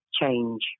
change